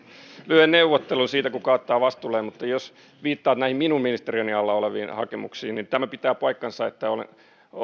lyhyen neuvottelun siitä kuka ottaa vastuulleen mutta jos viittaat näihin minun ministeriöni alla oleviin hakemuksiin niin tämä pitää paikkansa että